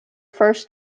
first